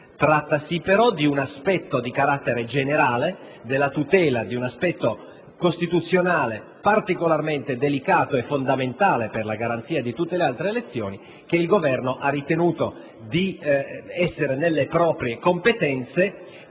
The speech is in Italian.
Trattasi però di un aspetto di carattere generale, della tutela di un aspetto costituzionale particolarmente delicato e fondamentale per la garanzia di tutte le altre elezioni che il Governo ha ritenuto essere nelle proprie competenze,